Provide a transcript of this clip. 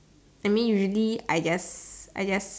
I mean usually I just I just